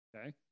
Okay